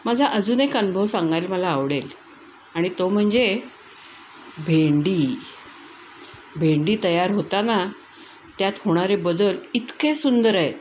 माझा अजून एक अनुभव सांगायला मला आवडेल आणि तो म्हणजे भेंडी भेंडी तयार होताना त्यात होणारे बदल इतके सुंदर आहेत